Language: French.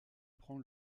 prend